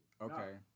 Okay